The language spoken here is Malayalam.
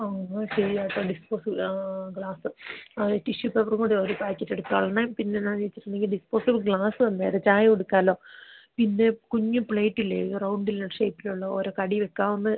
അങ്ങ് ശരിയാണ് അപ്പം ഡിസ്പോസിബ്ളാ ഗ്ലാസ് ആ ടിഷ്യു പേപ്പറും കൂടെ ഒരു പേക്കറ്റെടുത്തോളണേ പിന്നെ എന്നാന്ന് വെച്ചിട്ടുണ്ടെങ്കിൽ ഡിസ്പോസിബ് ഗ്ലാസ് ഒന്നേത് ചായ കൊടുക്കാമല്ലോ പിന്നെ കുഞ്ഞ് പ്ലേറ്റില്ലേ റൗണ്ടിൽ ഷേപ്പിലുള്ള ഓരോ കടി വെക്കാവുന്ന